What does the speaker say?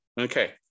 Okay